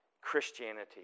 Christianity